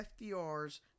FDR's